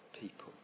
people